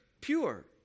pure